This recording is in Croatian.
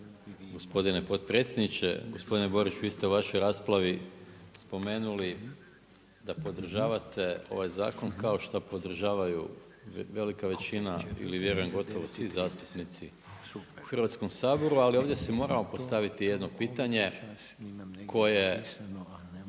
gospodine potpredsjedniče. Gospodine Borić, vi ste u vašoj raspravi spomenuli da podržavate ovaj zakon, kao što podržavaju velika većina ili vjerujem gotovo svi zastupnici u Hrvatskom saboru, ali ovdje si moramo postaviti jedno pitanje, koje